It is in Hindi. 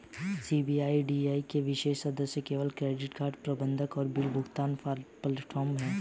सी.आर.ई.डी एक विशेष सदस्य केवल क्रेडिट कार्ड प्रबंधन और बिल भुगतान प्लेटफ़ॉर्म है